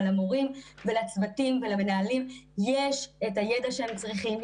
למורים ולצוותים ולמנהלים יש את הידע שהם צריכים,